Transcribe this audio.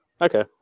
Okay